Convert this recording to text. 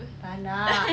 tak nak